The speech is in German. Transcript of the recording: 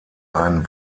ein